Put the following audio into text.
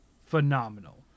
phenomenal